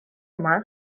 yma